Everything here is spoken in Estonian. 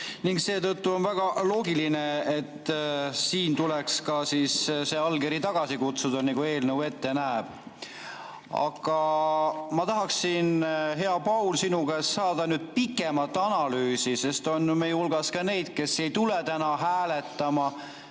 Seetõttu on väga loogiline, et siin tuleks ka see allkiri tagasi kutsuda, nagu eelnõu ette näeb. Aga ma tahaksin, hea Paul, sinu käest saada pikemat analüüsi, sest on ju meie hulgas ka neid, kes ei tule täna hääletama.